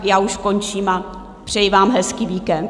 Tak už končím a přeji vám hezký víkend.